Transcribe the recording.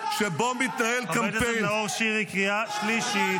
חבר הכנסת מאיר כהן, קריאה ראשונה.